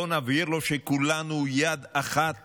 בואו נבהיר לו שכולנו יד אחת